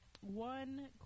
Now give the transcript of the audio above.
One